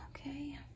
Okay